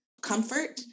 comfort